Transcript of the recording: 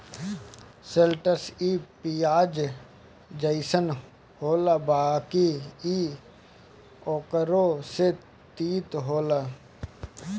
शैलटस इ पियाज जइसन होला बाकि इ ओकरो से तीत होला